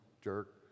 jerk